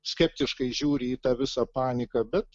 skeptiškai žiūri į tą visą paniką bet